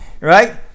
right